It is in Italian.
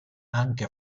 anche